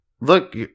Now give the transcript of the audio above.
look